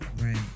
right